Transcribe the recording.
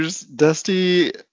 Dusty